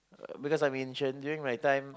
because I'm ancient during my time